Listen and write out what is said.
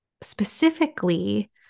specifically